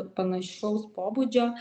panašaus pobūdžio